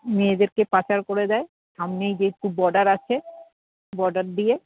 মেয়েদেরকে পাচার করে দেয় সামনেই যেহেতু বর্ডার আছে বর্ডার দিয়ে